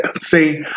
See